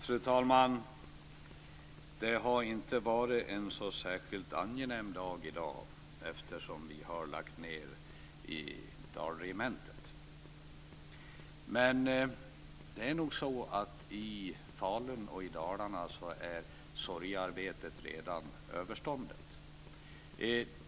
Fru talman! Det har inte varit en så särskilt angenäm dag i dag, eftersom vi har lagt ned Dalregementet. Men i Falun och i Dalarna är nog sorgearbetet redan överståndet.